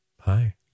hi